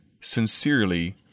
Sincerely